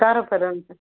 କାହାର ପ୍ୟାରେଣ୍ଟସ୍